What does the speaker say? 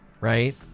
Right